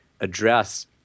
address